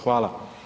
Hvala.